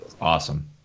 awesome